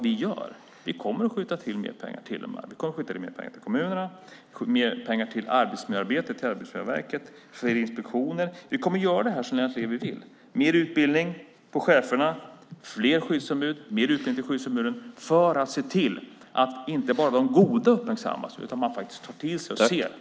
Vi kommer att skjuta till mer pengar till kommunerna och till Arbetsmiljöverket för inspektioner. Vi kommer att genomföra det som Lennart Levi vill ha: mer utbildning för cheferna, fler skyddsombud och mer utbildning för skyddsombuden. Vi ska se till att inte bara det goda uppmärksammas utan att man tar till sig och ser det dåliga.